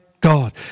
God